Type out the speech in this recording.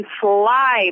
fly